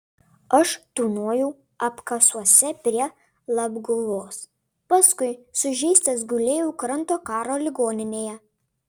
aš tūnojau apkasuose prie labguvos paskui sužeistas gulėjau kranto karo ligoninėje